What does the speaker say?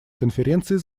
конференции